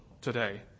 today